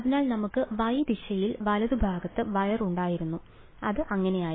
അതിനാൽ നമുക്ക് y ദിശയിൽ വലതുവശത്ത് വയർ ഉണ്ടായിരുന്നു അത് അങ്ങനെയായിരുന്നു